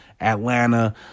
Atlanta